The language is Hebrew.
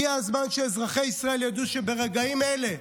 הגיע הזמן שאזרחי ישראל ידעו שברגעים אלה,